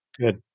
Good